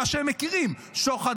מה שהם מכירים: שוחד,